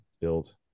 build